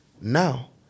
Now